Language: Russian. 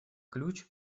ключ